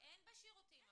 אבל בשירותים,